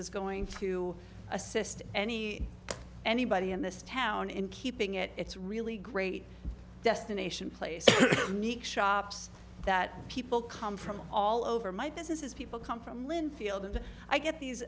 is going to assist any anybody in this town in keeping it it's really great destination play nique shops that people come from all over my businesses people come from linfield and i get these